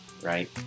right